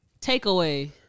takeaway